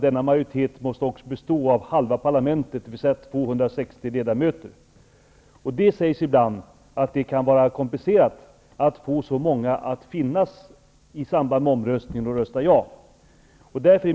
Denna majoritet måste också bestå av halva parlamentet, dvs. 260 ledamöter. Det sägs ibland att det kan vara komplicerat att få så många att finnas på plats i samband med omröstning och rösta ja.